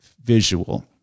visual